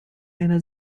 einer